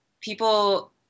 people